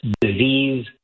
disease